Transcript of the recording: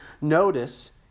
notice